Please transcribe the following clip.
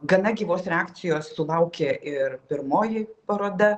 gana gyvos reakcijos sulaukė ir pirmoji paroda